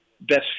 best